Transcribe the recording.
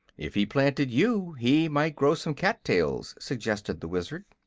if he planted you, he might grow some cat-tails, suggested the wizard.